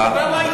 לך תקראynet .